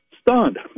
stunned